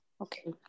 Okay